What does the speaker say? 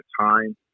time